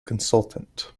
consultant